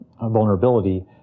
vulnerability